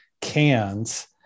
cans